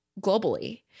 globally